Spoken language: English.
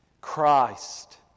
Christ